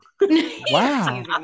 wow